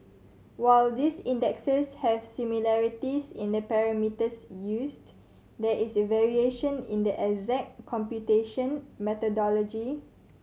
while these indexes have similarities in the parameters used there is variation in the exact computation methodology